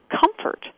comfort